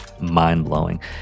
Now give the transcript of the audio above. mind-blowing